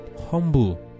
humble